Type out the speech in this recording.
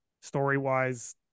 story-wise